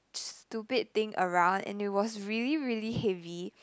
stupid thing around and it was really really heavy